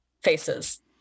faces